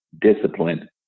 discipline